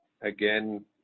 again